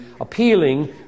appealing